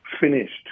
finished